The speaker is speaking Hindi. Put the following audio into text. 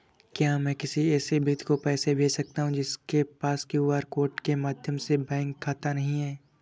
क्या मैं किसी ऐसे व्यक्ति को पैसे भेज सकता हूँ जिसके पास क्यू.आर कोड के माध्यम से बैंक खाता नहीं है?